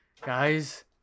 guys